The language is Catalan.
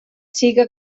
siga